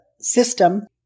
system